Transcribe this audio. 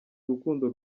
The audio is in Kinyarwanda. urukundo